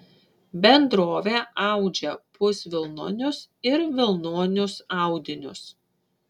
bendrovė audžia pusvilnonius ir vilnonius audinius